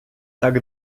так